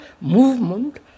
movement